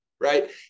right